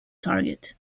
target